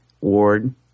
Ward